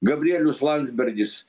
gabrielius landsbergis